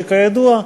שכידוע,